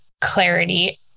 clarity